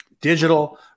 Digital